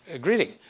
Greeting